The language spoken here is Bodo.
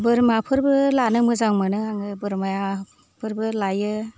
बोरमाफोरबो लानो मोजां मोनो आङो बोरमाफोरबो लायो